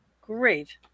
great